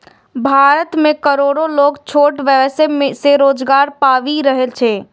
भारत मे करोड़ो लोग छोट व्यवसाय सं रोजगार पाबि रहल छै